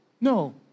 No